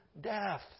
death